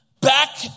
back